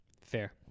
Fair